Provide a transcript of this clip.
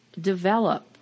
develop